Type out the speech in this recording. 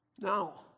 Now